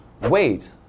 Wait